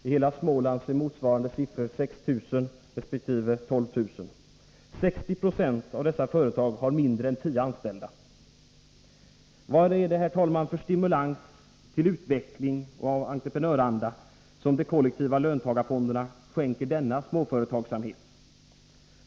I hela Småland är motsvarande siffror 6 000 resp. 12 000. 60 96 av dessa företag har mindre än tio anställda. Vad är det, herr talman, för stimulans till utveckling och entreprenöranda som de kollektiva löntagarfonderna skänker denna småföretagsamhet?